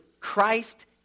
Christ